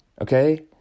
okay